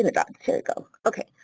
the dots. here we go. okay.